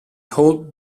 holds